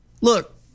Look